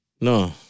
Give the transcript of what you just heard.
No